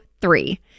three